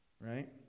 Right